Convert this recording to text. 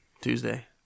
Tuesday